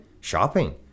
Shopping